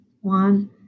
one